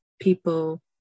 people